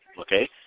okay